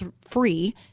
free